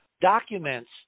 documents